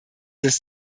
ist